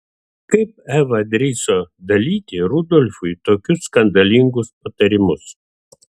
kaip eva drįso dalyti rudolfui tokius skandalingus patarimus